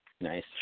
Nice